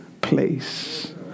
place